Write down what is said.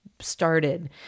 started